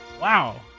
Wow